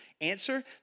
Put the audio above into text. Answer